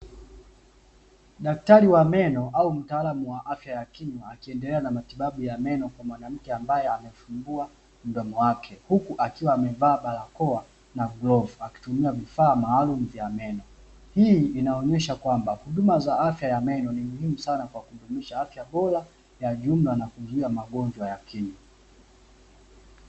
Daktari wa meno au mtaalamu wa afya ya kinywa akiendelea na matibabu ya mdomo kwa mwanamke ambaye amefungua mdomo wake, huku akiwa amevaa barakoa na glavu na akitumia vifaa maalumu vya meno. Hii inaonyesha kwamba huduma za afya ya meno ni muhimu sana kwa kudumisha afya bora ya jumla na kuzuia magonjwa ya kinywa.